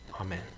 Amen